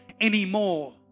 anymore